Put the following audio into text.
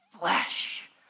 flesh